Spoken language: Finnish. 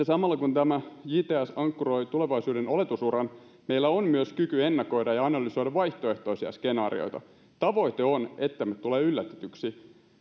samalla kun tämä jts ankkuroi tulevaisuuden oletusuran meillä on myös kyky ennakoida ja analysoida vaihtoehtoisia skenaarioita tavoite on ettemme tule yllätetyksi